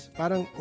parang